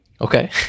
Okay